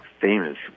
famous